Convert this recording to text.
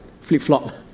Flip-flop